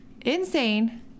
insane